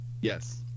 Yes